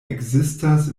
ekzistas